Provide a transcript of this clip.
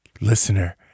Listener